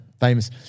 famous